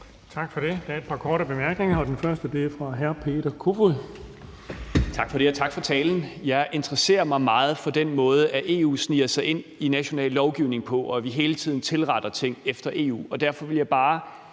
Tak for det. Der er et par korte bemærkninger, og den første er fra hr. Peter Kofod. Kl. 16:25 Peter Kofod (DF): Tak for det, og tak for talen. Jeg interesserer mig meget for den måde, EU sniger sig ind i national lovgivning på, og at vi hele tiden tilretter ting efter EU, og derfor ville jeg bare